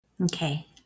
Okay